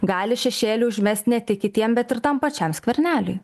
gali šešėlį užmest ne tik kitiem bet ir tam pačiam skverneliui